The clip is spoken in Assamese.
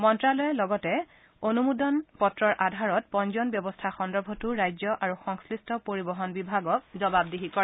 মন্ত্ৰালয়ে লগতে অনুমোদন পত্ৰৰ আধাৰত পঞ্জীয়ন ব্যৱস্থা সন্দৰ্ভতো ৰাজ্য আৰু সংশ্লিষ্ট পৰিবহন বিভাগক জবাবদিহি কৰে